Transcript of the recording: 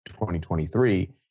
2023